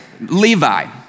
Levi